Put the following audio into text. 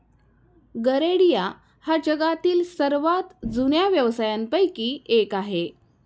गरेडिया हा जगातील सर्वात जुन्या व्यवसायांपैकी एक आहे